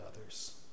others